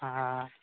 हँऽ